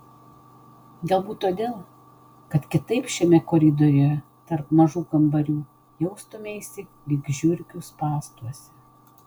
galbūt todėl kad kitaip šitame koridoriuje tarp mažų kambarių jaustumeisi lyg žiurkių spąstuose